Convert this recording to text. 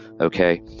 okay